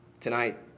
Tonight